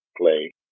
play